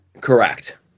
Correct